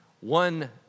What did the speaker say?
One